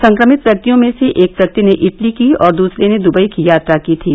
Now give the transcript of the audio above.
संक्रमित व्यक्तियों में से एक व्यक्ति ने इटली की और दूसरे ने दूबई की यात्रा की थी